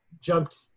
jumped